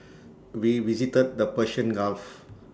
we visited the Persian gulf